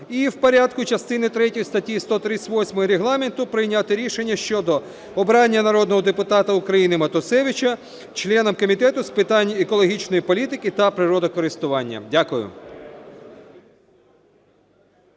і в порядку частини третьої статті 138 Регламенту прийняти рішення щодо обрання народного депутата України Матусевича членом Комітету з питань екологічної політики та природокористування. Дякую.